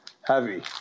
Heavy